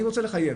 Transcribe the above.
אני רוצה לחייב,